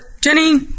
Jenny